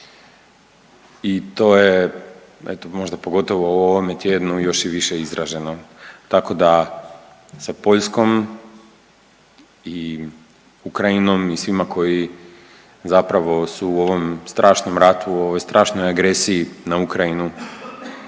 i to je eto možda pogotovo u ovome tjednu još i više izraženo. Tako da sa Poljskom i Ukrajinom i svima koji zapravo su ovom strašnom ratu u ovoj strašnoj agresiji na Ukrajinu